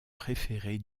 préféré